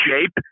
shape